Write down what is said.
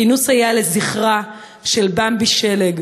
הכינוס היה לזכרה של במבי שלג,